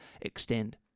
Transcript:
Extend